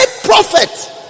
prophet